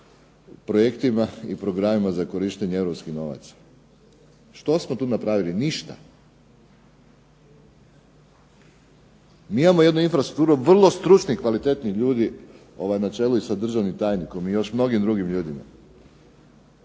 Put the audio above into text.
projektima i programima za korištenje europskih novaca. Što smo tu napravili? Ništa. Mi imamo jednu infrastrukturu vrlo stručnih i kvalitetnih ljudi na čelu i sa državnim tajnikom i još mnogim drugim ljudima,